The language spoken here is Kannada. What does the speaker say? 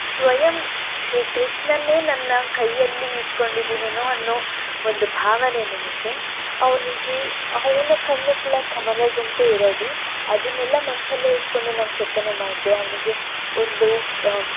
ಸ್ವಯಂ ಶ್ರೀ ಕೃಷ್ಣನ್ನೇ ನನ್ನ ಕೈಯ್ಯಲ್ಲಿ ಹಿಡ್ಕೊಂಡಿದ್ದೀನೇನೋ ಅನ್ನೋ ಒಂದು ಭಾವನೆ ನನಗೆ ಅವನಿಗೆ ಅವನ ಕಣ್ಣು ಕುಳ ಕಮಲದಂತೆ ಇರೋದು ಅದನ್ನೆಲ್ಲ ಮನಸಲ್ಲೇ ಇಟ್ಕೊಂಡು ನಾನು ಕೆತ್ತನೆ ಮಾಡಿದೆ ಅವನಿಗೆ ಒಂದು